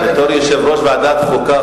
בתור יושב-ראש ועדת חוקה,